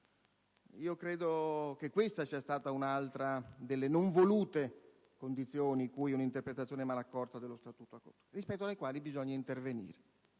Credo che questa sia stata un'altra delle non volute condizioni a cui un'interpretazione male accorta dello Statuto ha portato, rispetto alle quali bisogna intervenire.